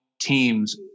teams